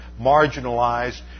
marginalized